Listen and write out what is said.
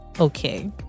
Okay